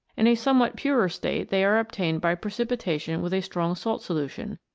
in a somewhat purer state they are obtained by precipitation with a strong salt-solution,